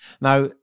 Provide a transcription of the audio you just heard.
Now